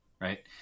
right